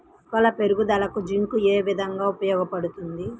మొక్కల పెరుగుదలకు జింక్ ఏ విధముగా ఉపయోగపడుతుంది?